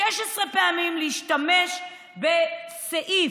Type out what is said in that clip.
16 פעמים להשתמש בסעיף.